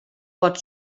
pot